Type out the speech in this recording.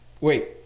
wait